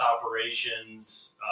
operations